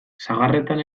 sagarretan